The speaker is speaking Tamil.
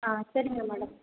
ஆ சரிங்க மேடம்